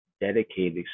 dedicated